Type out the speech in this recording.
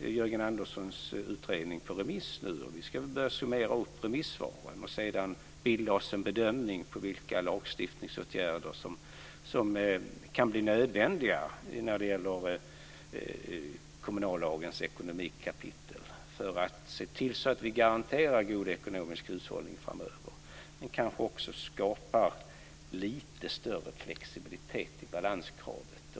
Jörgen Anderssons utredning ute på remiss, och vi ska nu börja summera remissvaren och sedan göra en bedömning av vilka åtgärder som kan bli nödvändiga när det gäller kommunallagens ekonomikapitel, för att se till att vi garanterar en god ekonomisk hushållning framöver, men kanske också skapa lite större flexibilitet i balanskravet.